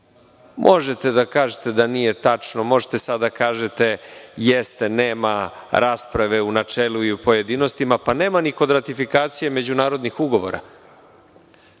zakona. Možete da kažete da nije tačno, možete sada da kažete jeste, nema rasprave u načelu i u pojedinostima, pa nema ni kod ratifikacije međunarodnih ugovora.